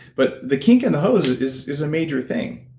but the kink in the hose is is a major thing